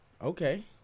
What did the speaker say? Okay